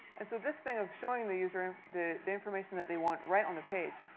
and so this thing of showing the user the the information that they want, right on the page,